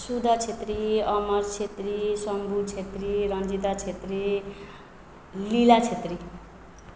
Sudha Chhetri Amar Chhetri Shambhu Chhetri Ranjita Chhetri Leela Chhetri